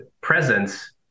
presence